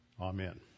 Amen